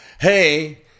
hey